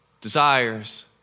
desires